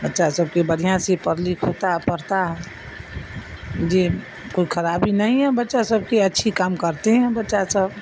بچہ سب کے بڑھیا سی پڑھ لکھ ہوتا ہے پڑھتا ہے جو کوئی خرابی نہیں ہے بچہ سب کے اچھے کام کرتے ہیں بچہ سب